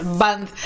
band